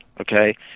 okay